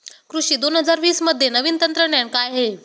कृषी दोन हजार वीसमध्ये नवीन तंत्रज्ञान काय आहे?